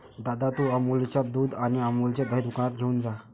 दादा, तू अमूलच्या दुध आणि अमूलचे दही दुकानातून घेऊन ये